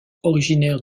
originaire